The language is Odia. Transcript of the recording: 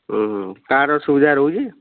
କାର୍ର ସୁବିଧା ରହୁଛି